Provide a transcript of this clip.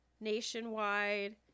nationwide